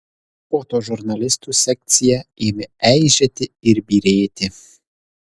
fotožurnalistų sekcija ėmė eižėti ir byrėti